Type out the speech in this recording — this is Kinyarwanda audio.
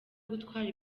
gutwara